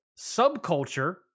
subculture